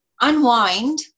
unwind